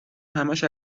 همش